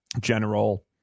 general